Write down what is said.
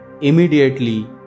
immediately